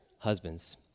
Husbands